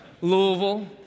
Louisville